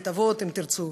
בית-אבות אם תרצו,